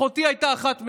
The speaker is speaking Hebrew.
אחותי הייתה אחת מהם.